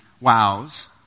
wows